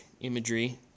imagery